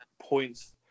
points